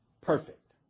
perfect